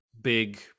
big